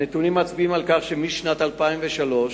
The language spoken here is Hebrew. הנתונים מצביעים על כך שמשנת 2003,